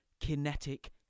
kinetic